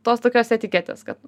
tos tokios etiketės kad